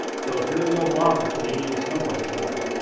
so if you're in the oval office and you need a snowboarding shop,